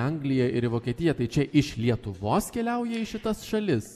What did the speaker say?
angliją ir į vokietiją tai čia iš lietuvos keliauja į šitas šalis